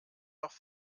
nach